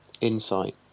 Insight